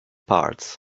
parts